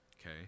Okay